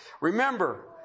Remember